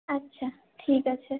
আচ্ছা ঠিক আছে